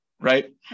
Right